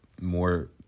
more